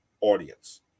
audience